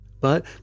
But